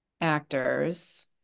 actors